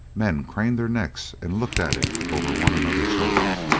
men craned their necks and looked at it over one another's shoulders.